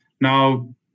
Now